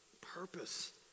purpose